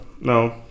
No